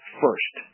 first